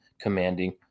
commanding